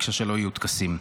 ביקשה שלא יהיו טקסים.